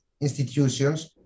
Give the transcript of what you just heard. institutions